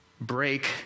break